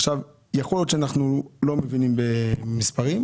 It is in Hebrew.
יכול להיות שאנחנו לא מבינים במספרים,